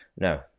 No